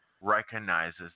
recognizes